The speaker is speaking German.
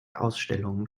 ausstellungen